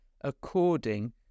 according